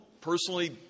personally